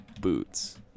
boots